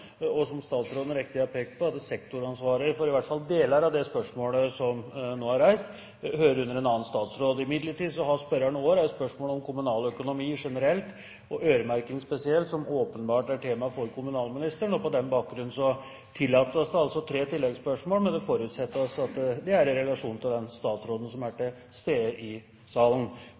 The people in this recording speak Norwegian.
og for det andre – som statsråden riktig har pekt på – hører i hvert fall deler av det spørsmålet som nå er reist, innunder sektoransvaret til en annen statsråd. Spørreren her har imidlertid et spørsmål om kommunaløkonomi generelt og øremerking spesielt, som åpenbart er tema for kommunalministeren. På den bakgrunn tillates det tre oppfølgingsspørsmål, men det forutsettes at de er relatert til ansvarsområdet til den statsråden som er til stede i salen.